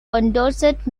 condorcet